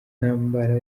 ntambara